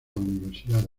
universidad